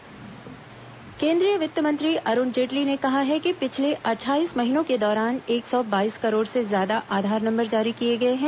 वित्त मंत्री आधार नंबर केन्द्रीय वित्त मंत्री अरूण जेटली ने कहा है कि पिछले अट्ठाईस महीनों के दौरान एक सौ बाईस करोड़ से ज्यादा आ धार नंबर जारी किए गए हैं